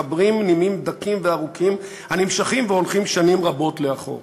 מחברים נימים דקים וארוכים הנמשכים והולכים שנים רבות לאחור.